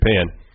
Japan